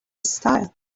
style